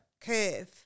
curve